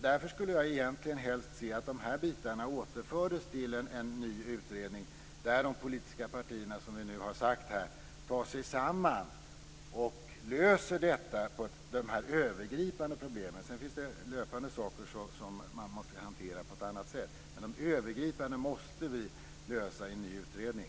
Därför skulle jag helst se att de här bitarna återfördes till en ny utredning, där de politiska partierna tar sig samman och löser de övergripande problemen. Sedan finns det löpande saker som måste hanteras på ett annat sätt, men de övergripande måste vi lösa i en ny utredning.